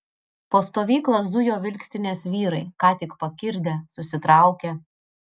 po stovyklą zujo vilkstinės vyrai ką tik pakirdę susitraukę